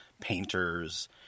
painters